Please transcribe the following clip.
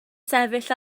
sefyll